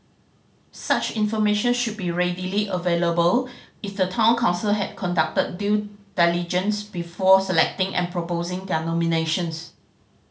such information should be readily available if the Town Council had conducted due diligence before selecting and proposing their nominations